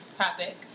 topic